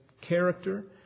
character